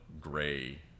gray